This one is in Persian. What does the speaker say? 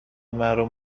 محروم